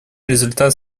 результат